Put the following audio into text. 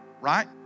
right